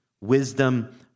wisdom